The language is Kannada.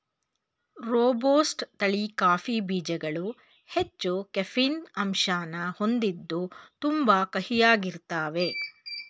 ರೋಬಸ್ಟ ತಳಿ ಕಾಫಿ ಬೀಜ್ಗಳು ಹೆಚ್ಚು ಕೆಫೀನ್ ಅಂಶನ ಹೊಂದಿದ್ದು ತುಂಬಾ ಕಹಿಯಾಗಿರ್ತಾವೇ